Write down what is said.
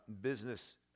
business